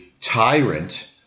tyrant